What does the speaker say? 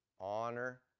honor